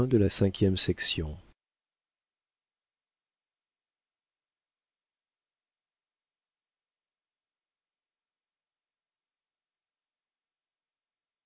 de la cise